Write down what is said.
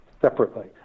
separately